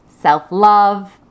self-love